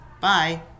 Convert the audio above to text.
Bye